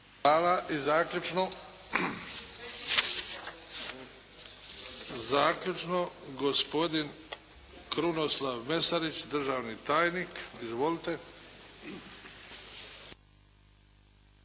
Hvala. I zaključno. Zaključno gospodin Krunoslav Mesarić, državni tajnik. Izvolite!